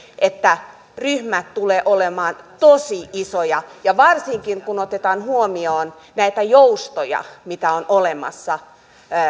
että ryhmät tulevat olemaan tosi isoja ja varsinkin kun otetaan huomioon nämä joustot mitä on olemassa